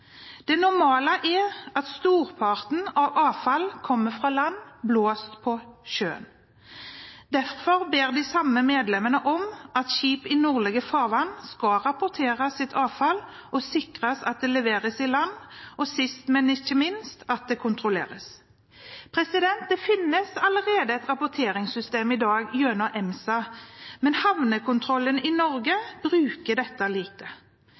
Det normale er at storparten av avfall kommer fra land – blåst på sjøen. Derfor ber de samme medlemmene om at skip i nordlige farvann skal rapportere sitt avfall og sikre at det leveres i land, og sist men ikke minst at det kontrolleres. Det finnes allerede et rapporteringssystem i dag, gjennom EMSA, men havnekontrollen i Norge bruker dette lite.